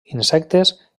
insectes